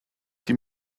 die